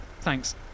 thanks